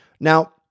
Now